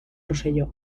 rosselló